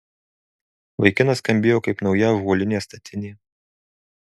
vaikinas skambėjo kaip nauja ąžuolinė statinė